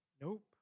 Nope